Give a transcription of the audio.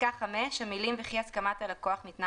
בפסקה (5) המילים "וכי הסכמת הלקוח ניתנה